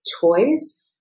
toys